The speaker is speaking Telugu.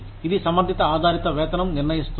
ఇది సమర్ధత ఆధారిత వేతనం నిర్ణయిస్తుంది